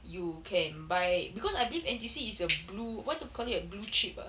you can buy because I believe N_T_U_C is a blue what do you call it a blue chip ah